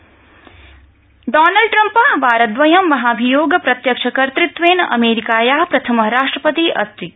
Trump महाभियोग Donald Trump वारद्वयं महाभियोग प्रत्यक्षकर्तृत्वेन अमेरिकाया प्रथम राष्ट्रपति जात